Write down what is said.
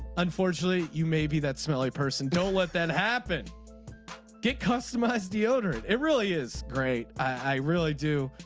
unfortunately you may be that smelly person. don't let that happen get customized deodorant. it really is great. i really do.